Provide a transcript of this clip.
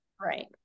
right